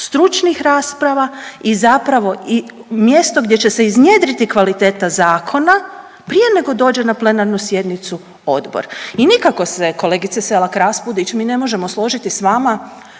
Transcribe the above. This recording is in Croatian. stručnih rasprava i zapravo i mjesto gdje će se iznjedriti kvaliteta zakona prije nego dođe na plenarnu sjednicu odbora. I nikako se kolegice Selak Raspudić mi ne možemo složiti s vama